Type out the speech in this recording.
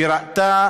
שראתה